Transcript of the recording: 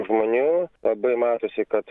žmonių labai matosi kad